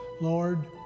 Lord